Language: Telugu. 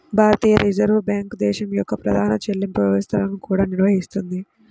భారతీయ రిజర్వ్ బ్యాంక్ దేశం యొక్క ప్రధాన చెల్లింపు వ్యవస్థలను కూడా నిర్వహిస్తుంది